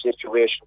situation